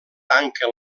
tanca